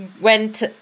went